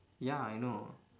ya I know